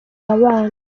abana